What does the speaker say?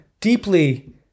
deeply